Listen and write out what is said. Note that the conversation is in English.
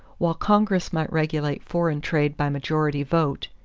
while congress might regulate foreign trade by majority vote,